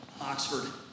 Oxford